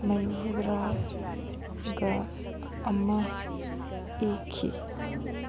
ꯃꯔꯤꯐꯨꯗꯔꯥꯒꯤ ꯑꯃ ꯏꯈꯤ